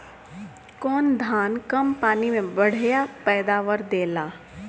कौन धान कम पानी में बढ़या पैदावार देला?